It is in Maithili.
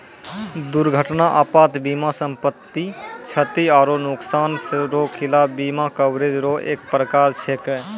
दुर्घटना आपात बीमा सम्पति, क्षति आरो नुकसान रो खिलाफ बीमा कवरेज रो एक परकार छैकै